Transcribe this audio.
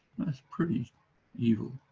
that's pretty evil.